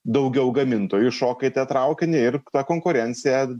daugiau gamintojų šokite traukinį ir ta konkurencija